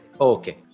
Okay